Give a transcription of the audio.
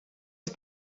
els